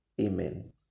Amen